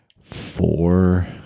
Four